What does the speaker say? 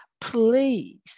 please